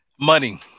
Money